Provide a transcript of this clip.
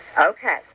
okay